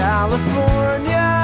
California